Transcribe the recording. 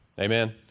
Amen